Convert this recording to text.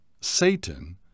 Satan